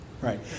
right